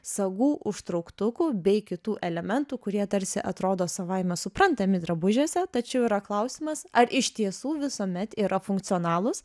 sagų užtrauktukų bei kitų elementų kurie tarsi atrodo savaime suprantami drabužiuose tačiau yra klausimas ar iš tiesų visuomet yra funkcionalūs